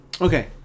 Okay